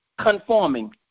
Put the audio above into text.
conforming